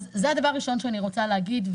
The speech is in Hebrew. זה הדבר הראשון שאני רוצה להגיד,